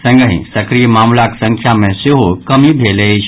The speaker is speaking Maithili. संगहि सक्रिय मामिलाक संख्या मे सेहो कमि भेल अछि